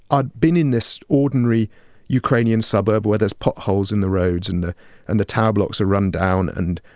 i'd been in this ordinary ukrainian suburb, where there's potholes in the roads, and the and the tower blocks are rundown. and,